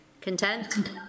Content